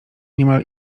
niemal